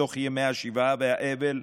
בתוך ימי השבעה והאבל,